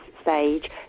stage